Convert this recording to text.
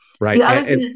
Right